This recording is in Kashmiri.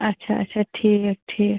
آچھا آچھا ٹھیٖک ٹھیٖک